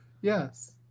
Yes